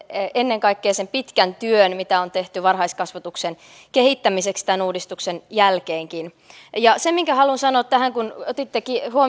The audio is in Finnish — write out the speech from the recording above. ennen kaikkea sen pitkän työn mitä on tehty varhaiskasvatuksen kehittämiseksi tämän uudistuksen jälkeenkin sen haluan sanoa tähän kun